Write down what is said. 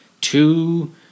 two